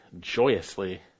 joyously